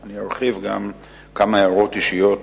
אני ארחיב גם כמה הערות אישיות